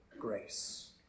grace